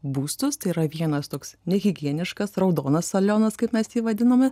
būstus tai yra vienas toks nehigieniškas raudonas salionas kaip mes jį vadiname